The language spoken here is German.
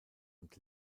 und